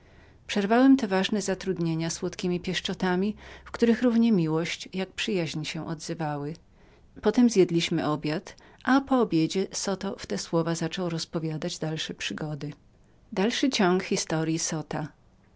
przerwałem te ważne zatrundnienia słodkiemi pieszczotami w których równie miłość jak przyjaźń się odzywały po obiedzie zoto w te słowa zaczął rozpowiadać dalsze przygody